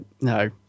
no